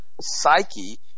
psyche